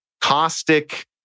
caustic